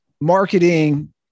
marketing